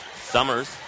Summers